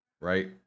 right